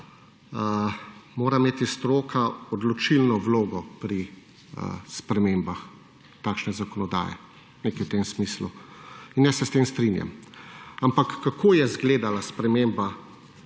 mora imeti stroka odločilno vlogo pri spremembah takšne zakonodaje. Nekaj v tem smislu. In jaz se s tem strinjam. Ampak kako je zgledala sprememba